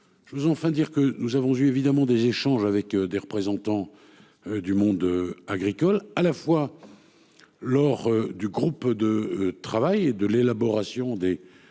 Je vous enfin dire que nous avons vu évidemment des échanges avec des représentants. Du monde agricole à la fois. Lors du groupe de travail et de l'élaboration des